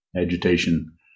agitation